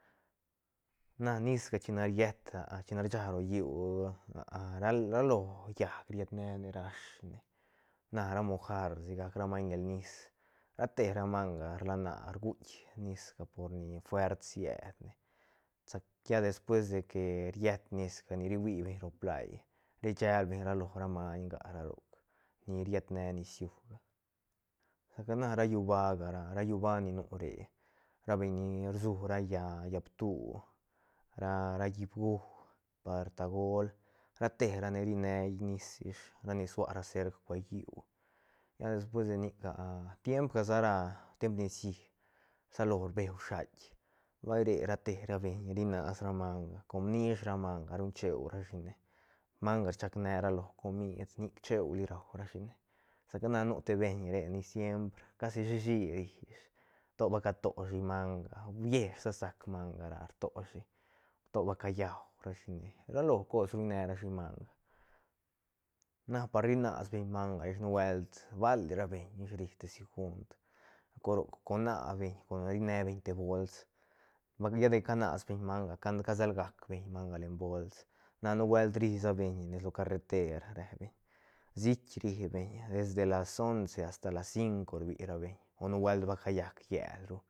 Na nisga chine riet chine rcha ro lliú raló llaäc riet ne ne rashne na ra mojar sigac ra maiñ len nis rate ra manga rlana guitk nisga por ni fuert siedne sa lla despues de que riet nisga rihuibeñ lo plaí richelbeñ ra lo ra maiñ nga ra roc ni ried ne nisllú saca na ra llúba gara ra llúba ni nu re ra beñ ni rsu ra llaä llaä ptú ra llií bgú par tagol rate rane ri ne nis ish ra ni suara serc cue lliú lla despues de nic tiempga sara timep nicií salo rbe SHUAIT vay re rate ra beñ ri nas ra manga com nish ra manga ruñ cheu rashine manga rchac ne ralo comid nic cheuli raurashine saca na nu te beiñ re ni siempre casi shí shí rishi to ba cato shi manga huesh sa sac manga ra rtoshi to ba callau rashine ra lo cos ruñnerashi manga na par rinasbeñ manga ish nubuelt bali ra beiñ ish ri te si gunt gol cor roc con nabeñ rine beñ te bols lla de canasbeñ manga casel gacbeñ manga len bols lla nubuelt ri sabeñ lo carreter rebeñ sït ribeñ de las once asta las cinco rbirabeñ o nubuelt va callac llel ru.